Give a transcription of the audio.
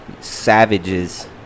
savages